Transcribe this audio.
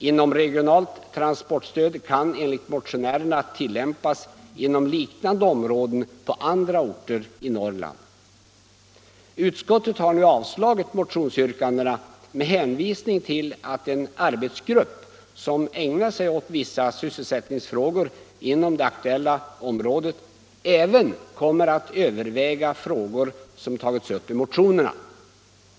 Inomregionalt transportstöd kan enligt motionärerna tillämpas inom liknande områden på andra orter i Norrland. Utskottet har avstyrkt dessa motionsyrkanden med hänvisning till att en arbetsgrupp som arbetar med vissa sysselsättningsfrågor inom det aktuella området även kommer att överväga de frågor som tagits upp i motionerna.